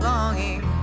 Longing